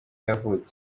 yavutse